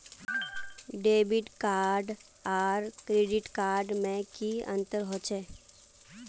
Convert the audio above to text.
Debit card आर credit card में की अंतर होचे?